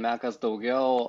mekas daugiau